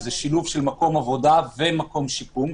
שזה שילוב של מקום עבודה ומקום שיקום,